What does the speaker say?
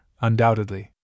undoubtedly